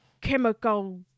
chemical